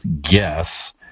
guess